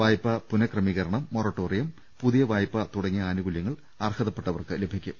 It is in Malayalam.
വായ്പാ പുനക്രമീകരണം മൊറട്ടോറിയം പുതിയ വായ്പ തുടങ്ങിയ ആനുകൂല്യങ്ങൾ അർഹതപ്പെട്ടവർക്ക് ലഭിക്കും